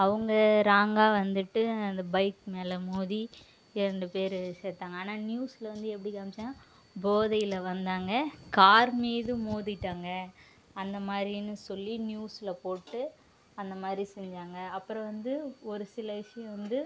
அவங்க ராங்காக வந்துட்டு அந்த பைக் மேல மோதி ரெண்டு பேரு செத்தாங்க ஆனால் நியூஸில் வந்து எப்படி காமிச்சாங்க போதையில் வந்தாங்க கார் மீது மோதிட்டாங்க அந்த மாதிரின்னு சொல்லி நியூஸில் போட்டு அந்த மாதிரி செஞ்சாங்க அப்புறம் வந்து ஒரு சில விஷயம் வந்து